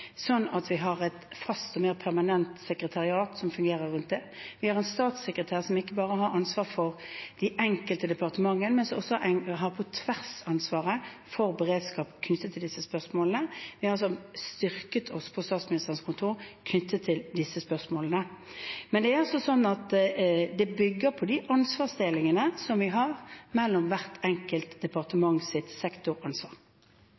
sånn at vi har et fast og mer permanent sekretariat som fungerer rundt det. Vi har en statssekretær som ikke bare har ansvaret for de enkelte departementene, men som også har på-tvers-ansvaret for beredskap knyttet til disse spørsmålene. Vi har altså styrket oss på Statsministerens kontor knyttet til disse spørsmålene, men det bygger på de ansvarsdelingene som vi har mellom hvert enkelt